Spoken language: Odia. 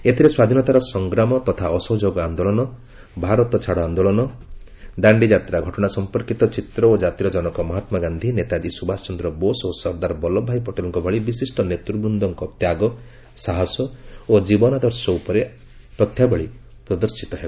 ଏଥିରେ ସ୍ୱାଧୀନତାର ସଂଗ୍ରାମ ତଥା ଅସହଯୋଗ ଆନ୍ଦୋଳନ ଭାରତ ଛାଡ ଆନ୍ଦୋଳନ ଦାଣ୍ଡି ଯାତ୍ରା ଘଟଣା ସମ୍ପର୍କୀତ ଚିତ୍ର ଓ ଜାତିର ଜନକ ମହାତ୍ମାଗାନ୍ଧୀ ନେତାଜୀ ସୁଭାଷ ଚନ୍ଦ୍ର ବୋଷ ଓ ସର୍ଦ୍ଧାର ବଲ୍କଭ ଭାଇ ପଟେଲଙ୍କ ଭଳି ବିଶିଷ୍ଟ ନେତୃବୃନ୍ଦଙ୍କ ତ୍ୟାଗ ସାହସ ଓ ଜୀବନଦର୍ଶ ଉପରେ ଆଧାରିତ ତଥ୍ୟାବଳୀ ପ୍ରଦର୍ଶିତ ହେବ